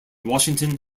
washington